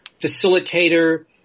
facilitator